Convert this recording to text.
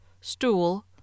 stool